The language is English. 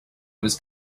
was